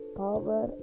power